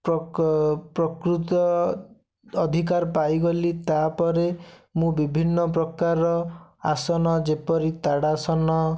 ପ୍ରକ ପ୍ରକୃତ ଅଧିକାର ପାଇଗଲି ତାପରେ ମୁଁ ବିଭିନ୍ନ ପ୍ରକାର ଆସନ ଯେପରି ତାଡ଼ାସନ